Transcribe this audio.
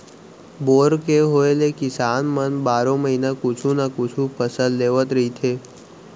bore के होए ले किसान मन बारो महिना कुछु न कुछु फसल लेवत रहिथे